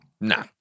Nah